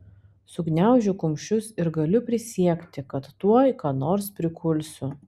sugniaužiu kumščius ir galiu prisiekti kad tuoj ką nors prikulsiu